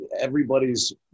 everybody's